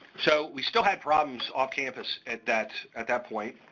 so, we still had problems off-campus at that at that point,